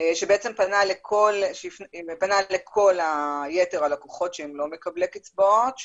שבעצם פנה לכל יתר הלקוחות שהם לא מקבלי קצבאות,